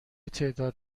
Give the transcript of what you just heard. تعداد